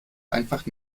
einfach